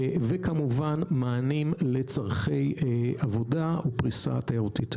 וכמובן מענים לצורכי עבודה ופריסה תיירותית.